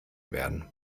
werden